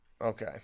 Okay